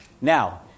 Now